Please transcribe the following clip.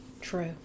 True